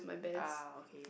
ah okay